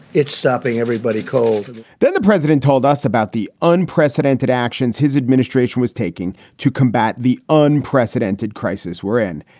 it's stopping everybody cold then the president told us about the unprecedented actions his administration was taking to combat the unprecedented crisis we're in.